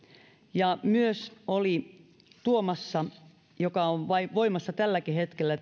ja myös oli tuomassa tämän taitetun indeksin joka on voimassa tälläkin hetkellä